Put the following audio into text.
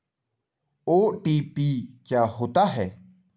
OTP क्या होता है?